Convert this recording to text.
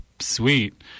sweet